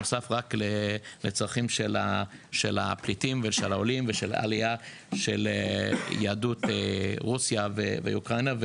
לצורכיהם של הפליטים והעולים ושל העלייה של יהדות מרוסיה ואוקראינה.